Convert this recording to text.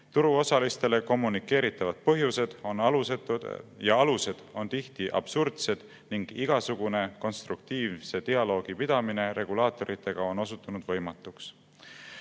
Turuosalistele kommunikeeritavad põhjused ja alused on tihti absurdsed ning igasugune konstruktiivse dialoogi pidamine regulaatoritega on osutunud võimatuks.